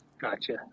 gotcha